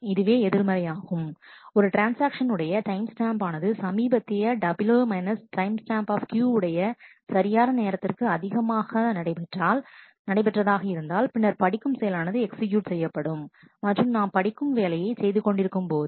இதுவே எதிர்மறை ஆகும் ஒரு ட்ரான்ஸ்ஆக்ஷன் உடைய டைம் ஸ்டாம்ப் ஆனது சமீபத்திய W timestamp உடைய சரியான நேரத்திற்கு அதிகமாக நடைபெற்றதாக இருந்தால் பின்னர் படிக்கும் செயலானது எக்ஸிக்யூட் செய்யப்படும் மற்றும் நாம் படிக்கும் வேலையை செய்து கொண்டிருக்கும் போது